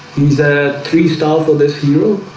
these are three star this hero,